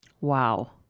Wow